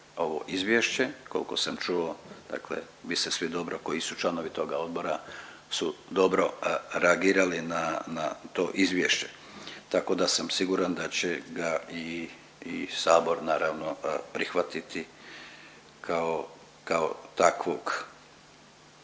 ovo izvješće. Kolko sam čuo dakle vi ste svi dobro koji su članovi toga odbora su dobro reagirali na to izvješće tako da sam siguran da će ga i Sabor naravno prihvatiti kao takvog.